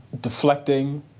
deflecting